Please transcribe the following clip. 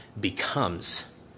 becomes